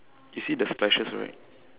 you see the splashes right